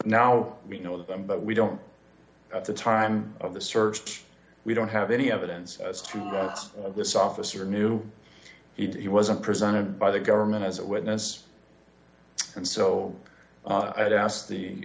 now we know them but we don't at the time of the search we don't have any evidence as to this officer knew he wasn't presented by the government as a witness and so i've ask